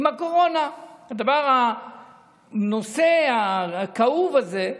עם הקורונה, הנושא הכאוב הזה.